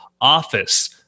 office